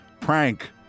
Prank